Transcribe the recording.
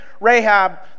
Rahab